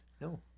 No